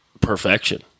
perfection